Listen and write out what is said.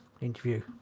interview